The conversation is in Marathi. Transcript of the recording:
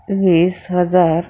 वीस हजार